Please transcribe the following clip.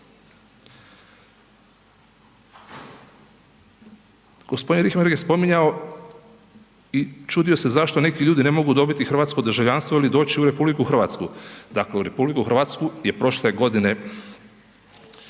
Gospodin Richembergh je spominjao i čudio se zašto neki ljudi ne mogu dobiti hrvatskog državljanstvo ili doći u RH. Dakle, u RH je prošle godine